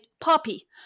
Poppy